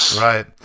right